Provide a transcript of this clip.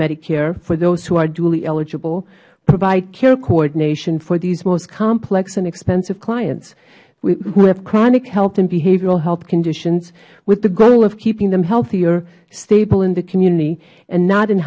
medicare for those who are dually eligible provide care coordination for these most complex and expensive clients who have chronic health and behavior health conditions with the goal of keeping them healthier stable in the community and not in